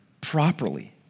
properly